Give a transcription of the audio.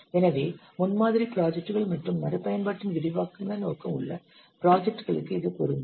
எனவே முன்மாதிரி ப்ராஜெக்ட்கள் மற்றும் மறுபயன்பாட்டின் விரிவான நோக்கம் உள்ள ப்ராஜெக்ட்களுக்கு இது பொருந்தும்